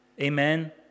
Amen